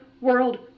world